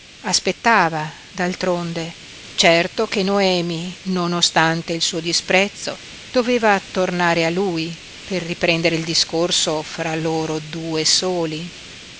aspettava d'altronde certo che noemi nonostante il suo disprezzo doveva tornare a lui per riprendere il discorso fra loro due soli